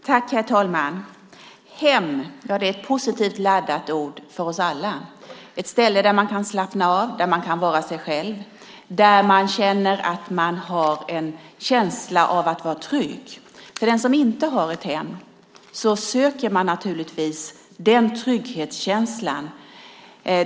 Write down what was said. Herr talman! Hem är ett positivt laddat ord för oss alla, ett ställe där man kan slappna av, där man kan vara sig själv, där man har en känsla av trygghet. Den som inte har ett hem söker naturligtvis den trygghetskänslan.